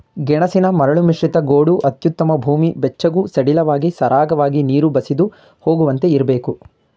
ಗೆಣಸಿಗೆ ಮರಳುಮಿಶ್ರಿತ ಗೋಡು ಅತ್ಯುತ್ತಮ ಭೂಮಿ ಬೆಚ್ಚಗೂ ಸಡಿಲವಾಗಿ ಸರಾಗವಾಗಿ ನೀರು ಬಸಿದು ಹೋಗುವಂತೆ ಇರ್ಬೇಕು